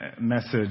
message